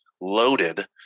loaded